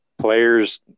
players